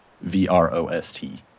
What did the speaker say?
V-R-O-S-T